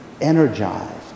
energized